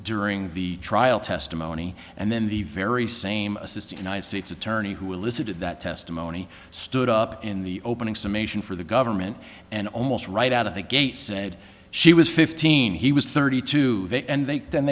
during the trial testimony and then the very same assistant united states attorney who elicited that testimony stood up in the opening summation for the government and almost right out of the gate said she was fifteen he was thirty two and they then